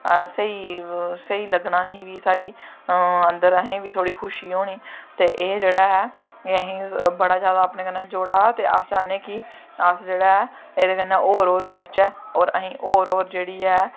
स्हेई लग्गना असें बी साढ़ी अन्दर असें बी थोह्ड़ी खुशी होनी ते एह् जेह्ड़ा ऐ एह् असें बड़ा जादा अपने क न्नै जोड़ा दा ते अस चाह्न्ने कि अस जेह्ड़ा एह्दे कन्नै होर होर जुड़चै और असें होर होर जेह्ड़ी ऐ